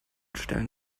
stellen